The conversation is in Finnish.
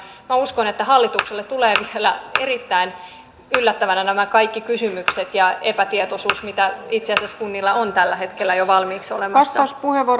minä uskon että hallitukselle tulevat vielä erittäin yllättävinä nämä kaikki kysymykset ja epätietoisuus joita itse asiassa kunnilla on tällä hetkellä jo valmiiksi olemassa jos puheenvuoro